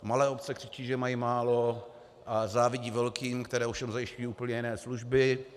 Malé obce křičí, že mají málo, a závidí velkým, které ovšem zajišťují úplně jiné služby.